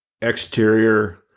exterior